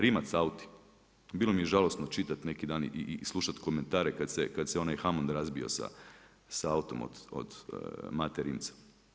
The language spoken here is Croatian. Rimac auti bilo mi je žalosno čitati neki dan i slušati komentare kada se onaj Hammond razbio sa autom od Mate Rimca.